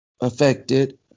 affected